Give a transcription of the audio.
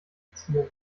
erzielen